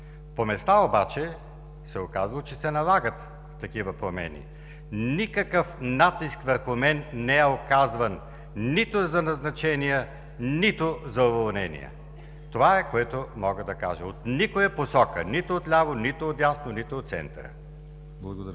По места обаче се оказва, че се налагат такива промени. Никакъв натиск върху мен не е оказван – нито за назначения, нито за уволнения! Това е, което мога да кажа. От никоя посока – нито отляво, нито отдясно, нито от центъра.